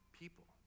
people